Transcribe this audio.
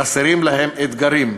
חסרים להם אתגרים,